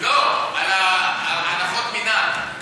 לא, על הנחות מינהל.